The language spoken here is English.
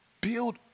build